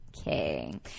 Okay